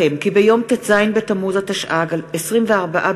שמעון אוחיון,